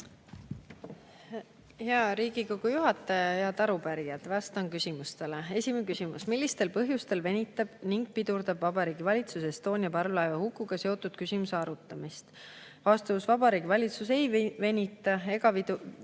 Hea Riigikogu juhataja! Head arupärijad! Vastan küsimustele. Esimene küsimus: "Millistel põhjustel venitab ning pidurdab Vabariigi Valitsus Estonia parvlaeva hukuga seotud küsimuse arutamist?" Vastus. Vabariigi Valitsus ei venita ega pidurda